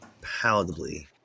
palatably